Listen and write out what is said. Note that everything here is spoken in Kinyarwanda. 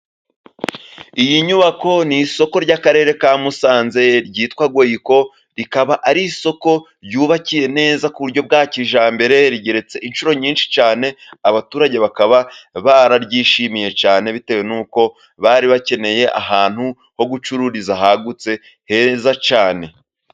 Iyi nyubako ni isoko ry'akarere ka Musanze ryitwa goyiko, rikaba ari isoko ryubakiye neza ku buryo bwa kijyambere, rigeretse inshuro nyinshi cyane, abaturage bakaba bararyishimiye cyane, bitewe n'uko bari bakeneye ahantu ho gucururiza hagutse heza cyane.